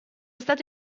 stato